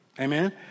Amen